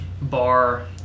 Bar